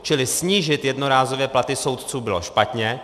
Čili snížit jednorázově platy soudců bylo špatně.